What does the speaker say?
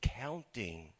counting